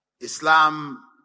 Islam